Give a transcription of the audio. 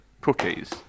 cookies